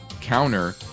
counter